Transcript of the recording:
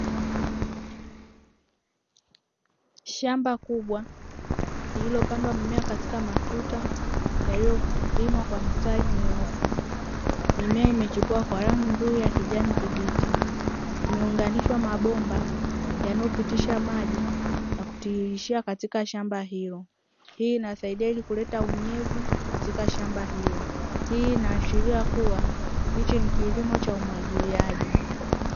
Shamba kubwa lililopandwa mimea katika matuta yaliyolimwa kwa mstari mnyoofu. Mimea imechipua kwa rangi nzuri ya kijani kibichi, imeunganishwa mabomba yanayopitisha maji na kutiririshia katika shamba hilo. Hii inasaidia ili kuleta unyevu katika shamba hilo. Hii inaashiria kuwa hiki ni kilimo cha umwagiliaji.